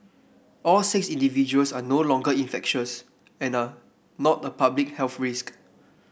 all six individuals are no longer infectious and are not a public health risk